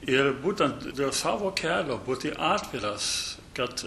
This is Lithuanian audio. ir būtent dėl savo kelio būti atviras kad